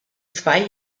zwei